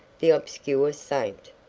the obscure saint.